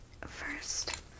first